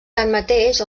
tanmateix